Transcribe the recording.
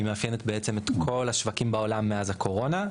היא מאפיינת בעצם את כל השווקים בעולם מאז הקורונה.